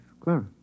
Clara